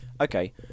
Okay